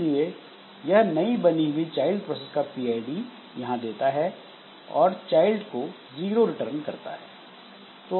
इसलिए यह नई बनी हुई चाइल्ड प्रोसेस का पीआईडी यहां देता है और चाइल्ड को जीरो रिटर्न करता है